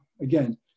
Again